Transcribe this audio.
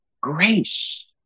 Grace